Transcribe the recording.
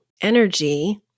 Energy